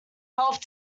health